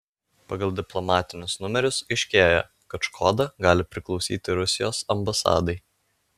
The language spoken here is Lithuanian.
pagal diplomatinius numerius aiškėja kad škoda gali priklausyti rusijos ambasadai